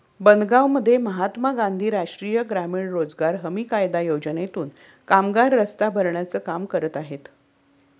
बनगावमध्ये महात्मा गांधी राष्ट्रीय ग्रामीण रोजगार हमी कायदा योजनेतून कामगार रस्ता भरण्याचे काम करत आहेत